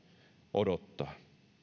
odottaa